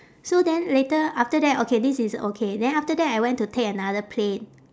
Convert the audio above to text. so then later after that okay this is okay then after that I went to take another plane